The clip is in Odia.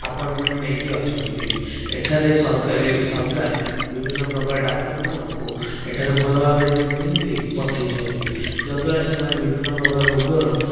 ଅପୋଏଣ୍ଟମେଣ୍ଟ ନେଇକି ଅଛନ୍ତି ଏଠାରେ ସରକାରୀ ସରକାର ବିଭିନ୍ନ ପ୍ରକାର ଡ଼ାକ୍ତରମାନଙ୍କୁ ଏଠାରେ ଭଲ ଭାବରେ ଟ୍ରେନିଂ ଦେଇକି ପଠେଇଛନ୍ତି ଯଦ୍ୱାରା ସେମାନେ ବିଭିନ୍ନ ପ୍ରକାର ରୋଗର